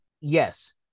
yes